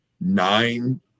nine